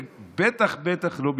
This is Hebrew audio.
וזה בטח בטח לא מקצועי.